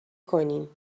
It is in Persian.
کنیم